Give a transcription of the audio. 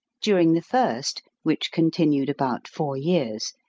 during the first, which continued about four years,